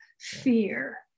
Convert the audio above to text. fear